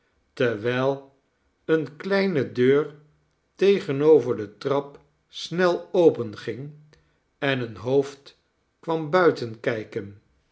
terwijl eene kleine deur tegenover de trap snel openging en een hoofd kwam